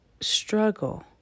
struggle